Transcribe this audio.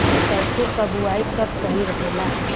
सरसों क बुवाई कब सही रहेला?